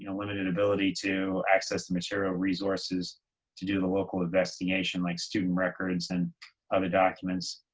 you know limited ability to access the material resources to do the local investigation like student records and other documents.